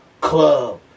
club